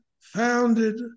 founded